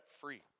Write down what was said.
free